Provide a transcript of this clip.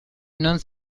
non